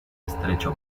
estrecho